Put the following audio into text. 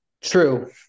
True